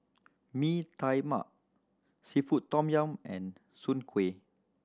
Mee Tai Mak seafood tom yum and soon kway